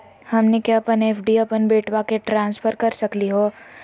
हमनी के अपन एफ.डी अपन बेटवा क ट्रांसफर कर सकली हो?